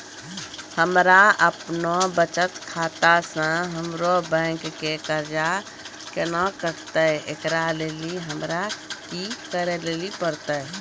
हमरा आपनौ बचत खाता से हमरौ बैंक के कर्जा केना कटतै ऐकरा लेली हमरा कि करै लेली परतै?